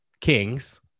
kings